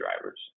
drivers